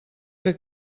que